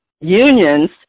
unions